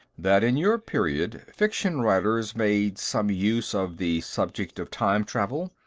that in your period, fiction writers made some use of the subject of time-travel.